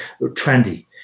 trendy